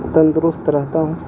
تندرست رہتا ہوں